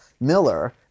Miller